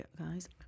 guys